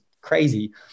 crazy